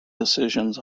decisions